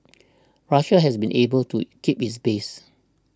Russia has been able to keep its base